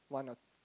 one or